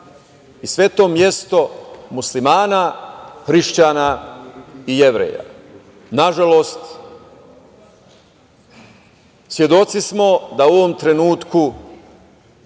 i sveto mesto muslimana, hrišćana i Jevreja. Nažalost, svedoci smo da je u ovom trenutku